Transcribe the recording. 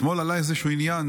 אתמול עלה איזשהו עניין,